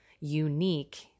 unique